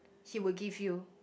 he would give you